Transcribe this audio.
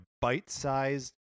bite-sized